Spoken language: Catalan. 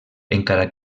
encara